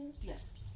Yes